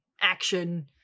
action